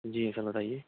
جی sir بتائیے